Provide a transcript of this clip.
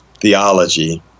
theology